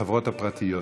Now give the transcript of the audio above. בחברות הפרטיות.